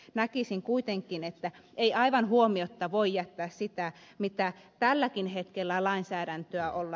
mutta näkisin kuitenkin että ei aivan huomiotta voi jättää sitä miten tälläkin hetkellä lainsäädäntöä on